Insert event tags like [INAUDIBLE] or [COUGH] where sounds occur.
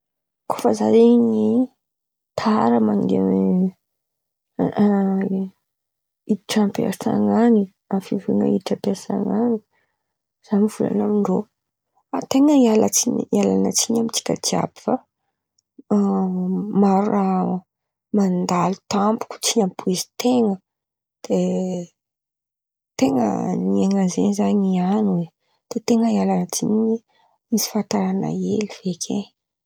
Koa fa zah zen̈y tara mandeha [HESITATION] hiditra ampiasan̈a an̈y, amin̈'ny fivorian̈a iditra ampiasan̈a an̈y, zah mivolana amindrô: ten̈a iala-tsin̈y ialan̈a tsin̈y amintsika jiàby fa [HESITATION] maro raha mandalo tampoko tsy ampoizin-ten̈a, de tena nian̈a zen̈y zah nian̈y, de tena ialan̈a tsin̈y nisy fataràna hely oe.